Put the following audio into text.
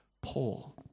Paul